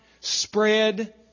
spread